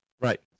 right